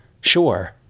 Sure